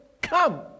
come